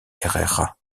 herrera